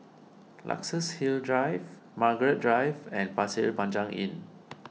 Luxus Hill Drive Margaret Drive and Pasir Panjang Inn